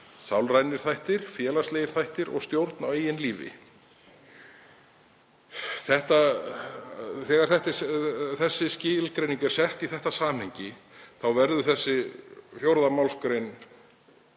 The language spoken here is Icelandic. Sálrænir þættir, félagslegir þættir og stjórn á eigin lífi.“ Þegar þessi skilgreining er sett í þetta samhengi verður 2. mgr.